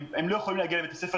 יכולים להגיע לבית הספר,